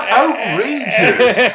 outrageous